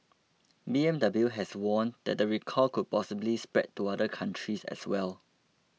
B M W has warned the recall could possibly spread to other countries as well